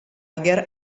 tiger